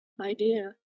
idea